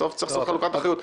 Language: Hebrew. בסוף צריך לעשות חלוקת אחריות.